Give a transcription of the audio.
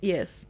Yes